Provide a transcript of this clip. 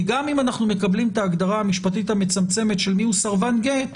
כי גם אם אנחנו מקבלים את ההגדרה המשפטית המצמצמת של מי הוא סרבן גט,